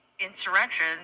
insurrection